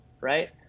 right